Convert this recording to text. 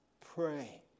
Pray